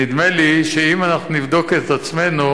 נדמה לי שאם אנחנו נבדוק את עצמנו,